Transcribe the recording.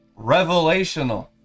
Revelational